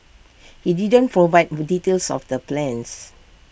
he didn't for wide details of the plans